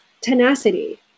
tenacity